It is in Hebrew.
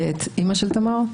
ואת אימא של תמר.